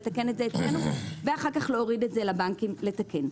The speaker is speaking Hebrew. לתקן את זה אצלנו ואז להוריד את זה לבנקים לתקן.